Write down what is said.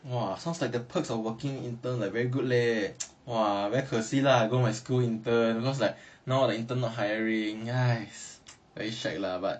!wah! sounds like the perks of working intern like very good leh !wah! very 可惜 lah go my school intern because like now all the intern not hiring very shag lah but